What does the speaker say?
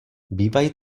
bývají